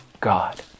God